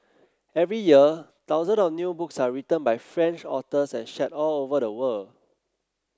every year thousand of new books are written by French authors and shared all over the world